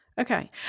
Okay